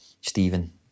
Stephen